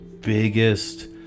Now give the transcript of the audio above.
biggest